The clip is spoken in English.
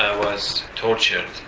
ah was tortured,